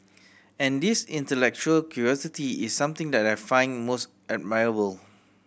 and this intellectual curiosity is something that I find most admirable